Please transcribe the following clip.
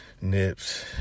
nips